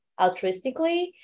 altruistically